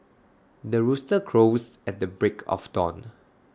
the rooster crows at the break of dawn